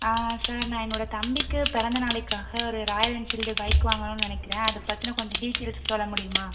ஆ sir நான் என்னோடய தம்பிக்கு பிறந்த நாளைக்காக ஒரு ராயல் என்ஃபீல்டு பைக் வாங்கணும்னு நினைக்கிறேன் அதைப் பற்றின கொஞ்சம் டீட்டெயில்ஸ் சொல்ல முடியுமா